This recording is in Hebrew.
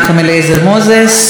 חבר הכנסת מוסי רז.